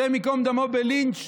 השם ייקום דמו, בלינץ'